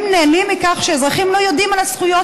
הם נהנים מכך שאזרחים לא יודעים על הזכויות